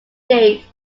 gate